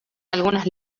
algunas